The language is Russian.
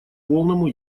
полному